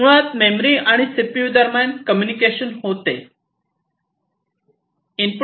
मुळात मेमरी आणि सीपीयू दरम्यान कम्युनिकेशन होते